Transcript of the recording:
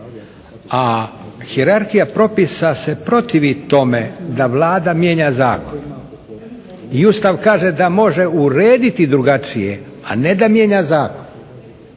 a hijerarhija propisa se protivi tome da Vlada mijenja zakon i Ustav kaže da može urediti drugačije, a ne da mijenja zakon.